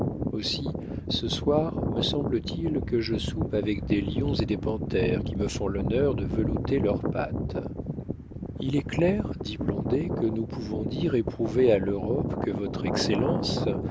aussi ce soir me semble-t-il que je soupe avec des lions et des panthères qui me font l'honneur de velouter leurs pattes il est clair dit blondet que nous pouvons dire et prouver à l'europe que votre excellence